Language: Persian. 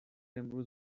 امروز